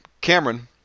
Cameron